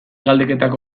galdeketak